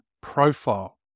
profile